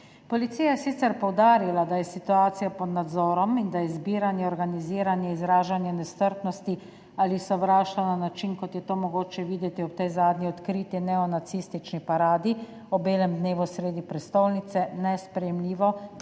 Policija je sicer poudarila, da je situacija pod nadzorom in da je zbiranje, organiziranje, izražanje nestrpnosti ali sovraštva na način, kot je to mogoče videti ob tej zadnji odkriti neonacistični paradi ob belem dnevu sredi prestolnice, nesprejemljivo